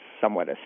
somewhat